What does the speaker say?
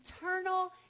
eternal